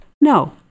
No